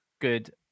good